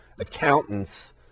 accountants